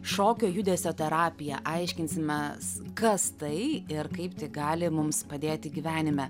šokio judesio terapija aiškinsimės kas tai ir kaip tai gali mums padėti gyvenime